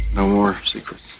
ah more secrets